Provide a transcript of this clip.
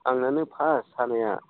आंनानो first हानाया